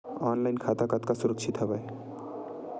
Online खाता कतका सुरक्षित हवय?